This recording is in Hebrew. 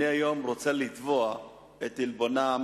היום אני רוצה לתבוע את עלבונם